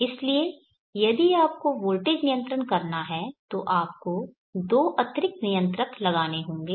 इसलिए यदि आपको वोल्टेज नियंत्रण करना है तो आपको दो अतिरिक्त नियंत्रक लगाने होंगे